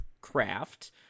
craft